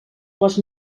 les